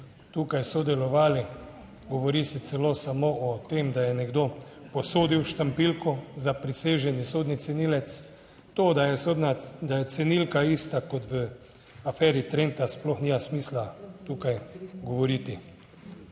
tukaj sodelovali. Govori se celo samo o tem, da je nekdo posodil štampiljko, zapriseženi sodni cenilec, to, da je sodna, da je cenilka ista kot v aferi Trenta, sploh nima smisla tukaj govoriti.